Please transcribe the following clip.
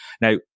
Now